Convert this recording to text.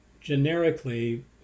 generically